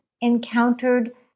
encountered